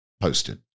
posted